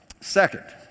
second